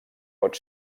pot